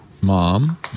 Mom